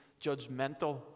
judgmental